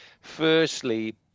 Firstly